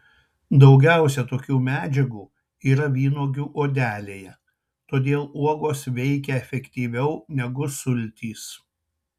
daugiausiai tokių medžiagų yra vynuogių odelėje todėl uogos veikia efektyviau negu sultys